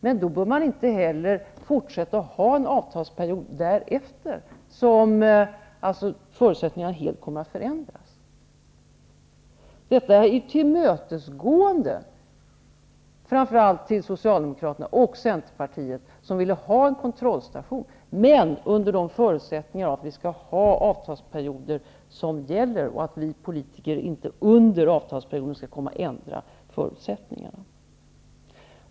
Men då bör man inte ha en avtalsperiod som sträcker sig längre, eftersom förutsättningarna kan komma att helt förändras. Detta är ett tillmötesgående mot framför allt Socialdemokraterna och Centerpartiet, som ville ha en kontrollstation, men under förutsättningen att vi skall ha avtalsperioder under vilka avtalen gäller och att vi politiker inte skall ändra förutsättningarna under avtalsperioden.